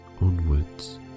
onwards